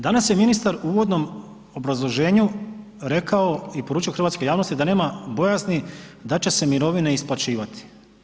Danas je ministar u uvodnom obrazloženju rekao i poručio hrvatskoj javnosti da nema bojazni da će se mirovine isplaćivati.